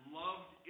loved